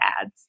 ads